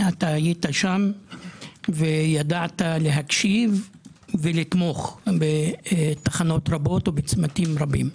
אתה היית שם וידעת להקשיב ולתמוך בתחנות רבות ובצמתים רבים.